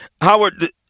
Howard